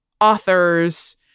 authors